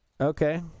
Okay